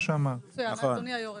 מצוין, אדוני היושב-ראש.